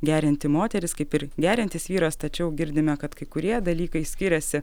gerianti moteris kaip ir geriantis vyras tačiau girdime kad kai kurie dalykai skiriasi